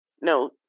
no